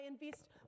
invest